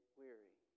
weary